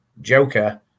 Joker